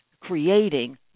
creating